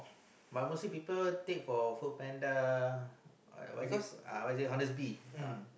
but mostly people take for FoodPanda uh what is it uh what is it Honestbee